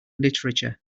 literature